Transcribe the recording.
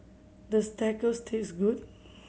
does Tacos taste good